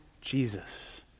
Jesus